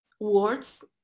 words